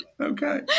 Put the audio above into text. okay